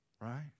Right